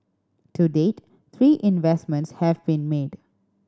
to date three investments have been made